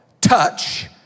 touch